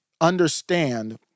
understand